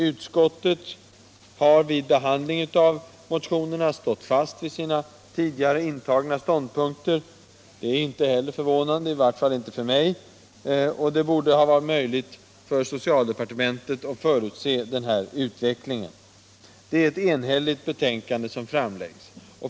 Utskottet har vid behandlingen av motionerna stått fast vid sina tidigare intagna ståndpunkter. Det är inte heller förvånande — i varje fall inte för mig — och det borde ha varit möjligt för socialdepartementet att förutse denna utveckling. Det är ett enhälligt betänkande som framläggs.